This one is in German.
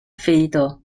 feder